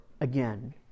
again